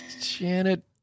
Janet